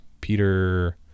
Peter